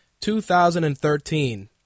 2013